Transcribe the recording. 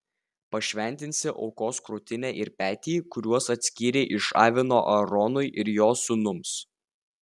pašventinsi aukos krūtinę ir petį kuriuos atskyrei iš avino aaronui ir jo sūnums